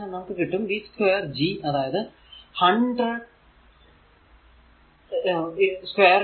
അവസാനം നമുക്ക് കിട്ടും v 2 G അതായതു 100 2 0